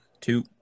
two